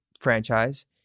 franchise